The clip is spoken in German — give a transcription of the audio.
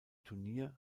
turnier